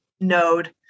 node